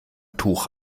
tuch